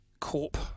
Corp